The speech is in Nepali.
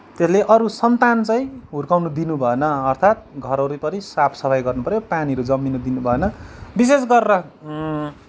त्यसले अरू सन्तान चाहिँ हुर्काउन दिनुभएन अर्थात् घर वरिपरि साफसफाई गर्नुपऱ्यो पानीहरू जम्मिन दिनुभएन विशेष गरेर